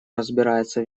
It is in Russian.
разбирается